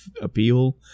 appeal